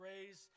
raised